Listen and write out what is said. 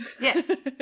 yes